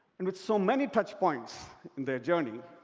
and with so many touch points in their journey,